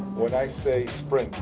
when i say sprint,